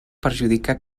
perjudicar